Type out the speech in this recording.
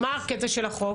אם כן, מה הקטע של החוק?